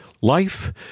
Life